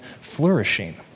flourishing